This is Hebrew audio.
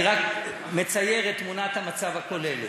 אני רק מצייר את תמונת המצב הכוללת.